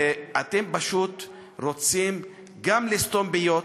ואתם פשוט רוצים גם לסתום פיות,